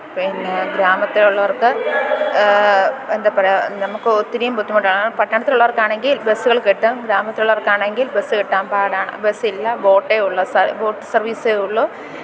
പിന്നെ ഗ്രാമത്തേലുള്ളവര്ക്ക് എന്താ പറയുക നമുക്കൊത്തിരിയും ബുദ്ധിമുട്ടാണ് പട്ടണത്തിലുള്ളവര്ക്കാണെങ്കില് ബസ്സുകള് കിട്ടും ഗ്രാമത്തിലുള്ളവര്ക്കാണെങ്കില് ബസ്സ് കിട്ടാൻ പാടാണ് ബസ്സില്ല ബോട്ടെ ഉള്ളൂ സ ബോട്ട് സര്വ്വീസേ ഉള്ളു